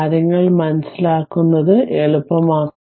കാര്യങ്ങൾ മനസ്സിലാക്കുന്നത് എളുപ്പമാക്കാൻ കഴിയും